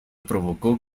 provocó